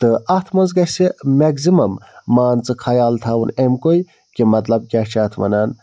تہٕ اَتھ منٛز گژھِ میگزِمَم مان ژٕ خیال تھاوُن امکُے کہِ مطلب کیٛاہ چھِ اَتھ وَنان